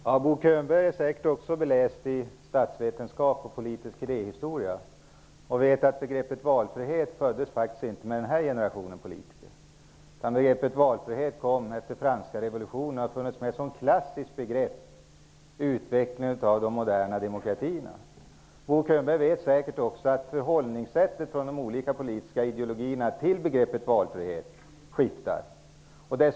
Herr talman! Bo Könberg är säkert också beläst i statsvetenskap och politisk idéhistoria och vet att begreppet valfrihet faktiskt inte föddes med den här generationen politiker. Ordet valfrihet kom efter franska revolutionen och har varit ett klassiskt begrepp i utvecklingen av de moderna demokratierna. Bo Könberg vet säkert också att förhållningssättet från de olika politiska ideologierna till begreppet valfrihet skiftar.